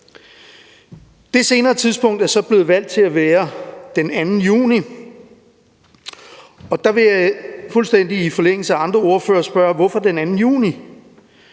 Det senere tidspunkt er så blevet valgt til at være den 2. juni, og der vil jeg fuldstændig i forlængelse af andre ordførere spørge: Hvorfor den 2. juni?